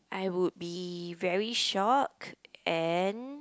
I would be very shocked and